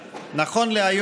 נתקבלה.